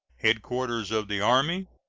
headquarters of the army,